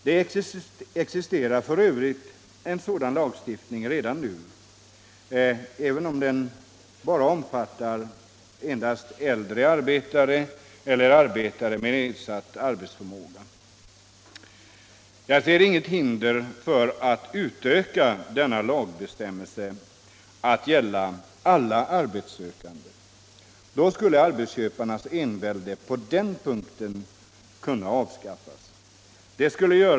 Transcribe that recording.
Det existerar f. ö. en sådan lagstiftning redan nu, även om den endast omfattar äldre arbetare eller arbetare med nedsatt arbetsförmåga. Jag ser inget hinder för att utsträcka denna lagbestämmelse till att gälla alla arbetssökande. Då skulle arbetsköparnas envälde på den punkten avskaffas.